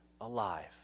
alive